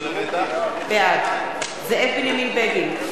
בעד זאב בנימין בגין,